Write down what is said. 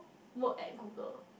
work at Google